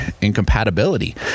incompatibility